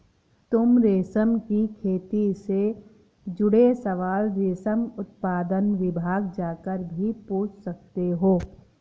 तुम रेशम की खेती से जुड़े सवाल रेशम उत्पादन विभाग जाकर भी पूछ सकते हो